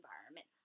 environment